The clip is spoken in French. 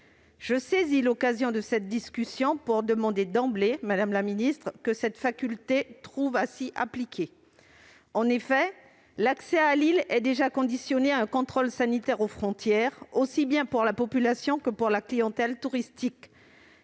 Je saisis l'occasion qui m'est offerte de m'exprimer pour vous demander d'emblée, madame la ministre, que ces modalités trouvent à s'y appliquer. En effet, l'accès à l'île est déjà conditionné à un contrôle sanitaire aux frontières, aussi bien pour la population que pour la clientèle touristique,